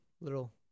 little